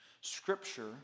Scripture